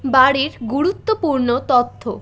বাড়ির গুরুত্বপূর্ণ তথ্য